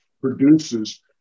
produces